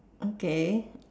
okay